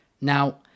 Now